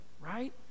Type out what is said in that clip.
Right